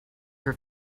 her